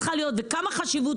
וכמה צריכה להיות, וכמה חשיבותה.